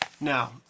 now